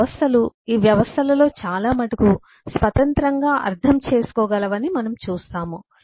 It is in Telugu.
ఈ వ్యవస్థలు ఈ వ్యవస్థలలో చాలా మటుకు స్వతంత్రంగా అర్థం చేసుకోగలవని మనం చూస్తాము